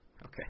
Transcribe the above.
Okay